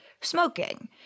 smoking